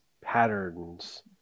Patterns